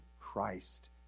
Christ